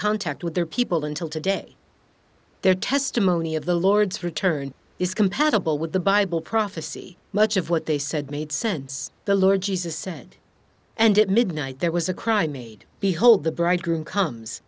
contact with their people until today their testimony of the lord's return is compatible with the bible prophecy much of what they said made sense the lord jesus said and it midnight there was a cry made behold the bridegroom comes